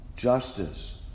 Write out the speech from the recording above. justice